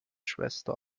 schwester